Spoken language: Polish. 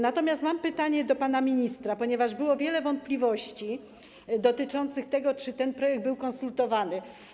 Natomiast mam pytanie do pana ministra, ponieważ było wiele wątpliwości dotyczących tego, czy ten projekt był konsultowany.